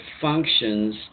functions